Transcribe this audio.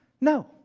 No